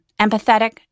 empathetic